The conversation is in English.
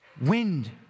wind